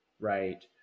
right